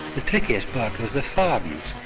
the trickiest part was the farms,